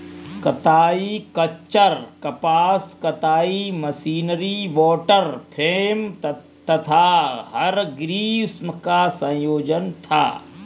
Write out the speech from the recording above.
कताई खच्चर कपास कताई मशीनरी वॉटर फ्रेम तथा हरग्रीव्स का संयोजन था